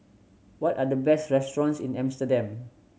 what are the best restaurant in Amsterdam